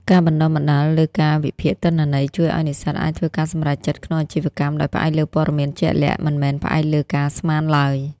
ការបណ្ដុះបណ្ដាលលើការវិភាគទិន្នន័យ ជួយឱ្យនិស្សិតអាចធ្វើការសម្រេចចិត្តក្នុងអាជីវកម្មដោយផ្អែកលើព័ត៌មានជាក់លាក់ មិនមែនផ្អែកលើការស្មានឡើយ។